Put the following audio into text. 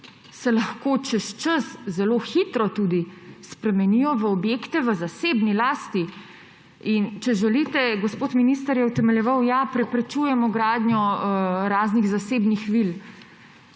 se lahko čez čas zelo hitro tudi spremenijo v objekte v zasebni lasti. In če želite, gospod minister je utemeljeval, ja, preprečujemo gradnjo raznih zasebnih vil.